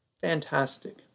fantastic